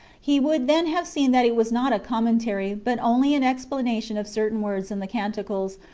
he would then have seen that it was not a commentary, but only an explanation of certain words in the canticles,